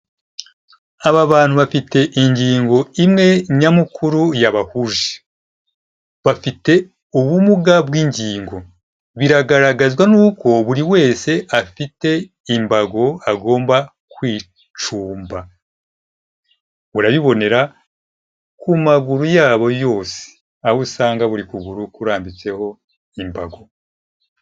Aba bantu bafite ingingo imwe nyamukuru yabahuje. Bafite ubumuga bw'ingingo. Biragaragazwa nuko buri wese afite imbago agomba kwicumba. Urabibonera ku maguru yabo yose, aho usanga buri kuguru kurambitseho imbago.